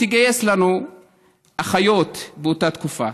תגייס לנו אחיות באותה תקופה,